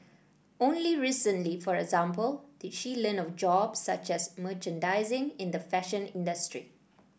only recently for example did she learn of jobs such as merchandising in the fashion industry